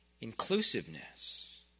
inclusiveness